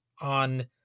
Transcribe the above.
on